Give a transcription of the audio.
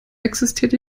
existiert